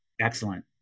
Excellent